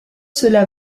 cela